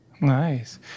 Nice